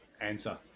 answer